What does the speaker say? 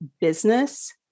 business